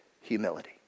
humility